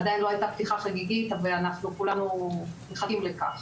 עדיין לא הייתה פתיחה חגיגית ואנחנו כולנו מחכים לכך.